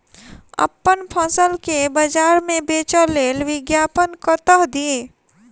अप्पन फसल केँ बजार मे बेच लेल विज्ञापन कतह दी?